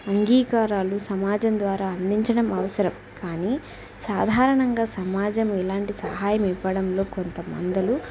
అంగీకారాలు సమాజం ద్వారా అందించడం అవసరం కానీ సాధారణంగా సమాజం ఇలాంటి సహాయం ఇవ్వడంలో కొంత మందులు